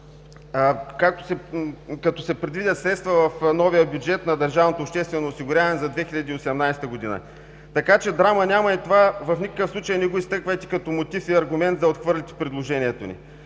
като се предвидят средства в новия бюджет на държавното обществено осигуряване за 2018 г. Така че драма няма и това в никакъв случай не го изтъквайте като мотив и аргумент да отхвърлите предложението ни.